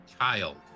child